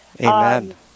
Amen